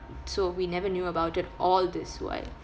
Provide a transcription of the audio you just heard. so we never knew about it all this while